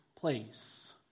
place